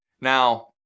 Now